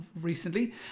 recently